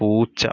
പൂച്ച